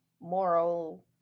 moral